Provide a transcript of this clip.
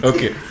Okay